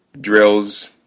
drills